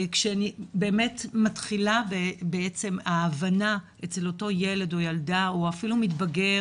כשאני באמת בעצם מתחילה ההבנה אצל אותו ילד או ילדה או אפילו מתבגר